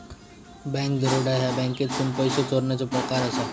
bank दरोडा ह्या बँकेतसून पैसो चोरण्याचो प्रकार असा